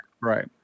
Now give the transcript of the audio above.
Right